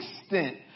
extent